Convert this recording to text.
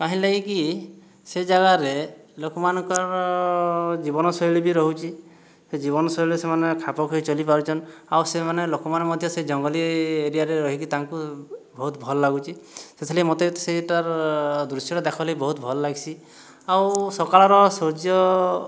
କାହିଁର୍ ଲାଗିକି ସେହି ଜାଗାରେ ଲୋକମାନଙ୍କର ଜୀବନ ଶୈଳୀ ବି ରହୁଛି ସେ ଜୀବନ ଶୈଳୀରେ ସେମାନେ ଖାପଖୁଆଇ ଚଲି ପାରୁଛନ୍ ଆଉ ସେମାନେ ଲୋକମାନେ ମଧ୍ୟ ସେହି ଜଙ୍ଗଲୀ ଏରିଆରେ ରହିକି ତାଙ୍କୁ ବହୁତ ଭଲ୍ ଲାଗୁଛି ସେଥିର୍ଲାଗି ମୋତେ ସେହିଟାର୍ ଦୃଶ୍ୟଟା ଦେଖ୍ବାର ଲାଗି ବହୁତ ଭଲ୍ ଲାଗ୍ସି ଆଉ ସକାଳର ସୂର୍ଯ୍ୟ